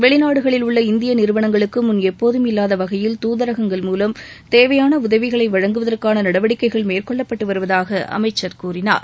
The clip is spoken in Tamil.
வெளிநாடுகளில் உள்ள இந்திய நிறுவனங்களுக்கு முன் எப்போதும் இல்லாத வகையில் தூதரங்கள் மூலம் தேவையான உதவிகளை வழங்குவதற்கான நடவடிக்கைகள் மேற்கொள்ளப்பட்டு வருவதாக அமைச்சர் கூறினார்